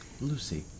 Lucy